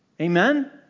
Amen